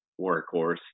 workhorse